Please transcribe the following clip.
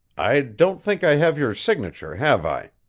i don't think i have your signature, have i?